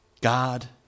God